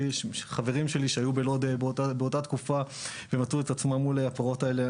החברים שלי שהיו בלוד באותה תקופה ומצאו את עצמם מול הפרעות האלה,